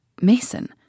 Mason